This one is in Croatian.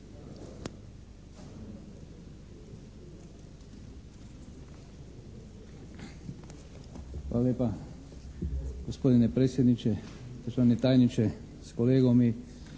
Hvala lijepa gospodine predsjedniče. Državni tajniče s kolegom